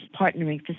partnering